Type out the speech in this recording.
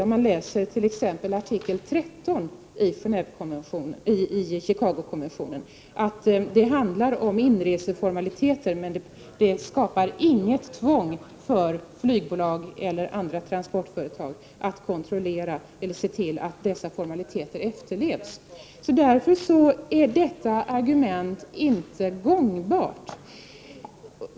Om man läser t.ex. artikel 13 i Chicagokonventionen kan man se att den handlar om inreseformaliteter, men den skapar inget tvång för flygbolag eller andra transportföretag att kontrollera att dessa formaliteter efterlevs. Därför är detta argument inte gångbart.